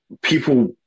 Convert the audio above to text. people